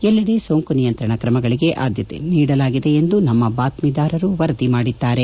ಎಲ್ಲೆಡೆ ಸೋಂಕು ನಿಯಂತ್ರಣ ಕ್ರಮಗಳಿಗೆ ಆದ್ಲತೆ ನೀಡಲಾಗಿದೆ ಎಂದು ನಮ್ನ ಬಾತ್ತೀದಾರರು ವರದಿ ಮಾಡಿದ್ದಾರೆ